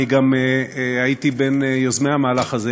גם הייתי בין יוזמי המהלך הזה,